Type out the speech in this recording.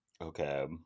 okay